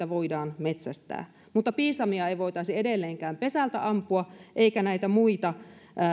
voidaan metsästää mutta piisamia ei voitaisi edelleenkään pesältä ampua eikä näitä muita